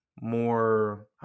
more